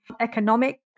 economic